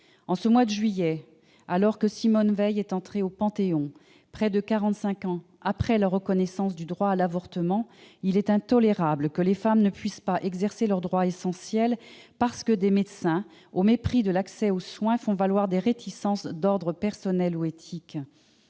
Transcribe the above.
En ce mois de juillet, alors que Simone Veil est entrée au Panthéon, près de quarante-cinq ans après la reconnaissance du droit à l'avortement, il est intolérable que les femmes ne puissent pas exercer leurs droits essentiels, parce que des médecins, au mépris de l'accès aux soins, font valoir des réticences d'ordre personnel ou éthique.